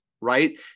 right